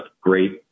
great